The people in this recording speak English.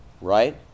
right